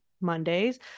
Mondays